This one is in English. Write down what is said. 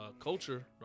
culture